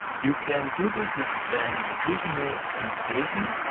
you can do this with an additional annotation.